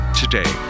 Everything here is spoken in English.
today